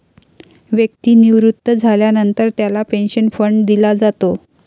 व्यक्ती निवृत्त झाल्यानंतर त्याला पेन्शन फंड दिला जातो